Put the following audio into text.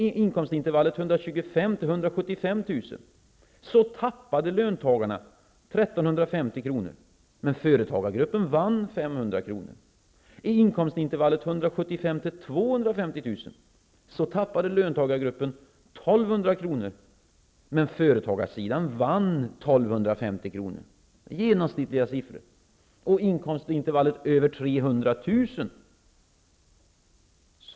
I inkomstintervallet 175 000--250 000 kr tappade löntagargruppen 1 200 kr., men företagarsidan vann 1 250 kr. Det är genomsnittliga siffror. I inkomstintervallet över 300 000 kr.